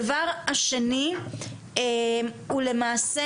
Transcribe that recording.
הדבר השני הוא למעשה,